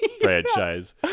franchise